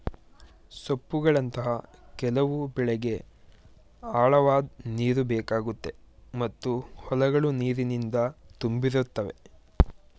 ಸೊಪ್ಪುಗಳಂತಹ ಕೆಲವು ಬೆಳೆಗೆ ಆಳವಾದ್ ನೀರುಬೇಕಾಗುತ್ತೆ ಮತ್ತು ಹೊಲಗಳು ನೀರಿನಿಂದ ತುಂಬಿರುತ್ತವೆ